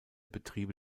betriebe